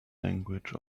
language